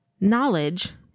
Knowledge